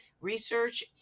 research